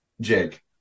Jake